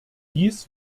dies